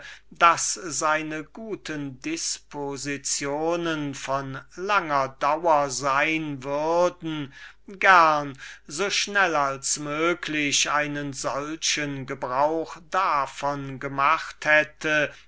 daß seine guten dispositionen von langer dauer sein würden gerne so schnell als möglich einen solchen gebrauch davon gemacht hätte